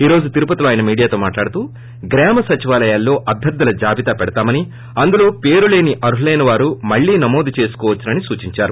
ఈ రోజు తిరుపతిలో ఆయన మీడియాతో మాట్లాడుతూ గ్రామ సచివాలయాల్లో అభ్యర్థుల జాబితా పెడతామని అందులో పేరులేని అర్హులైనవారు మళ్లీ నమోదు చేసుకోవచ్చని సూచించారు